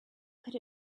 could